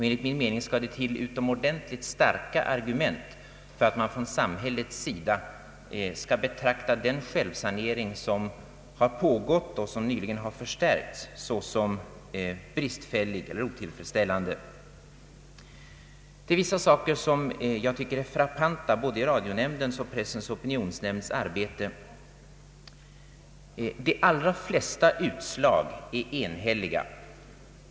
Enligt min mening behövs det utomordentligt starka argument för att samhället skall betrakta den självsanering som nyligen har förstärkts såsom så bristfällig eller otillfredsställande att staten måste ingripa. Frappant i både Radionämndens och Pressens opinionsnämnds arbete är att de allra flesta utslag är enhälliga.